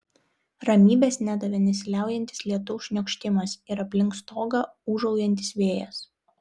ramybės nedavė nesiliaujantis lietaus šniokštimas ir aplink stogą ūžaujantis vėjas